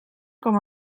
com